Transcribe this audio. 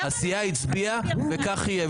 הסיעה הצביעה וכך יהיה.